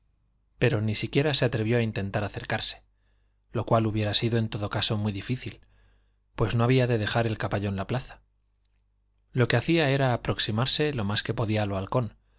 pero ni siquiera se atrevió a intentar acercarse lo cual hubiera sido en todo caso muy difícil pues no había de dejar el caballo en la plaza lo que hacía era aproximarse lo más que podía al